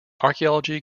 archaeology